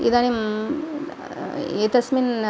इदानीम् एतस्मिन्